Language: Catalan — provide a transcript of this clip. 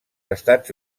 estats